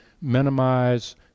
minimize